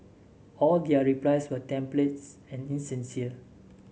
all their replies were templates and insincere